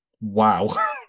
Wow